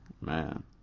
Man